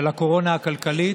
של הקורונה הכלכלית,